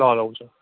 ल ल हुन्छ